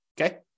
okay